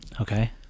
Okay